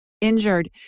injured